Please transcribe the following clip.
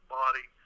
body